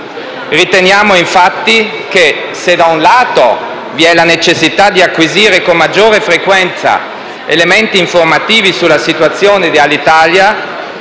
Riteniamo infatti che, se - da un lato - vi è la necessità di acquisire con maggiore frequenza elementi informativi sulla situazione di Alitalia,